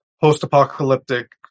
post-apocalyptic